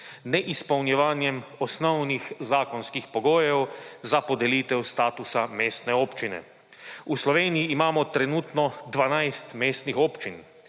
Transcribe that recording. neizpolnjevanjem osnovnih zakonskih pogojev za podelitev status mestne občine. V Sloveniji imamo trenutno 12 mestnih občin.